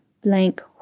blank